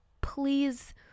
please